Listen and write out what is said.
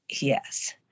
Yes